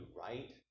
right